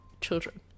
Children